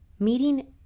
meeting